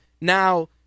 Now